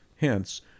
hence